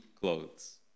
clothes